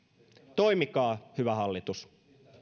toimikaa hyvä hallitus